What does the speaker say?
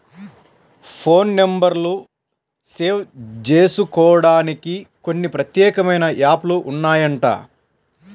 phone నెంబర్లు save జేసుకోడానికి కొన్ని ప్రత్యేకమైన యాప్ లు ఉన్నాయంట